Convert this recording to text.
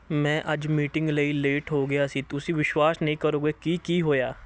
ਮੈਂ ਅੱਜ ਮੀਟਿੰਗ ਲਈ ਲੇਟ ਹੋ ਗਿਆ ਸੀ ਤੁਸੀਂ ਵਿਸ਼ਵਾਸ ਨਹੀਂ ਕਰੋਗੇ ਕਿ ਕੀ ਹੋਇਆ